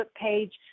page